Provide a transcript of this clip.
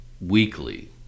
weekly